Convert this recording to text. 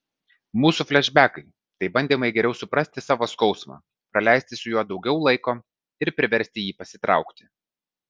mūsų flešbekai tai bandymai geriau suprasti savo skausmą praleisti su juo daugiau laiko ir priversti jį pasitraukti